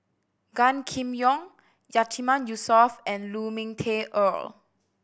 Gan Kim Yong Yatiman Yusof and Lu Ming Teh Earl